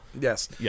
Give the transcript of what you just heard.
Yes